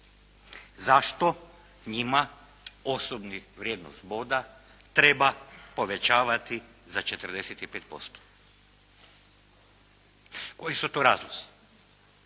Zašto njima osobni vrijednost boda treba povećavati za 45%. Koji su to razlozi?